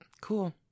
cool